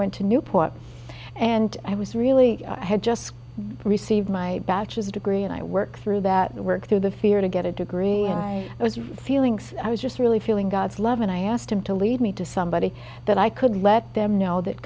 went to newport and i was really had just received my bachelor's degree and i worked through that work through the fear to get a degree and i was feeling so i was just really feeling god's love i asked him to lead me to somebody that i could let them know that